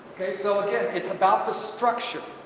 okay so again it's about the structure